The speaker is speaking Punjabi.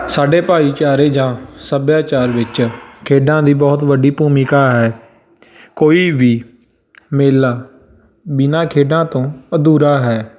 ਸਾਡੇ ਭਾਈਚਾਰੇ ਜਾਂ ਸੱਭਿਆਚਾਰ ਵਿੱਚ ਖੇਡਾਂ ਦੀ ਬਹੁਤ ਵੱਡੀ ਭੂਮਿਕਾ ਹੈ ਕੋਈ ਵੀ ਮੇਲਾ ਬਿਨਾਂ ਖੇਡਾਂ ਤੋਂ ਅਧੂਰਾ ਹੈ